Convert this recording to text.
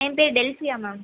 ஏன் பேர் Delcia ma'am